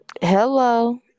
hello